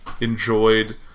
enjoyed